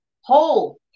whole